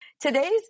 Today's